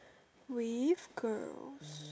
with girls